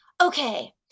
okay